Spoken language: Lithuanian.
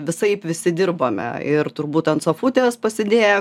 visaip visi dirbome ir turbūt ant sofutės pasidėję